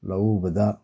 ꯂꯧ ꯎꯕꯗ